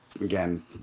again